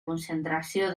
concentració